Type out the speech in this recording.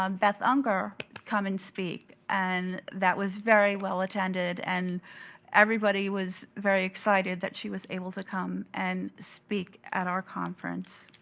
um beth unger come and speak, and that was very well attended, and everybody was very excited that she was able to come and speak at our conference.